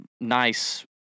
nice